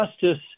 justice